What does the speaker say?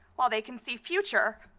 while they can see future,